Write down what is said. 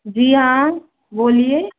जी आएँ बोलिए